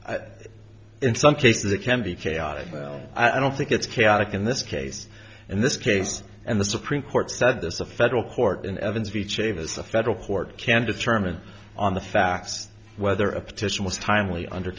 well in some cases it can be chaotic well i don't think it's chaotic in this case and this case and the supreme court said this a federal court in evansville chavis a federal court can determine on the facts whether a petition was timely under